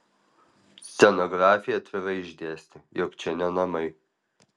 scenografė atvirai išdėstė jog čia ne namai